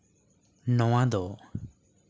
ᱱᱚᱣᱟ ᱫᱚ